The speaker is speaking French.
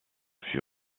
fut